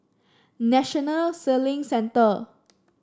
National Sailing Centre